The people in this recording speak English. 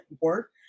work